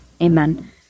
Amen